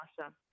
awesome